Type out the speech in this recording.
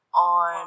on